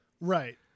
Right